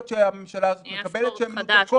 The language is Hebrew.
שהממשלה הזאת מקבלת --- הנה הספורט החדש,